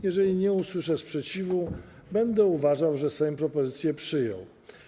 Jeżeli nie usłyszę sprzeciwu, będę uważał, że Sejm propozycję przyjął.